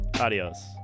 Adios